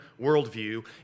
worldview